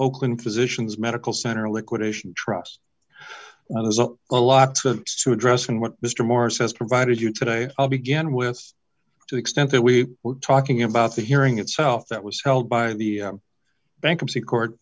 oakland physicians medical center liquidation trust well there's a lot to address and what mr morris has provided you today began with to the extent that we were talking about the hearing itself that was held by the bankruptcy court